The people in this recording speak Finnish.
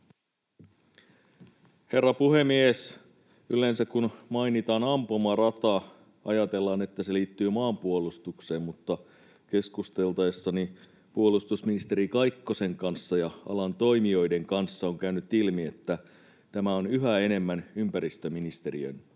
Herra puhemies! Yleensä kun mainitaan ampumarata, ajatellaan, että se liittyy maanpuolustukseen, mutta keskusteltaessa puolustusministeri Kaikkosen ja alan toimijoiden kanssa on käynyt ilmi, että tämä on yhä enemmän ympäristöministeriön